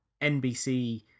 NBC